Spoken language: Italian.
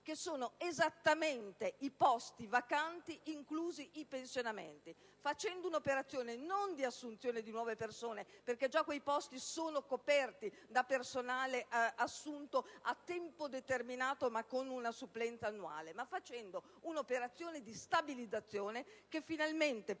corrispondono esattamente i posti vacanti, inclusi i pensionamenti. Si farebbe così un'operazione, non di assunzione di nuove persone, perché quei posti sono già coperti da personale assunto a tempo determinato con una supplenza annuale, ma si farebbe un'operazione di stabilizzazione che finalmente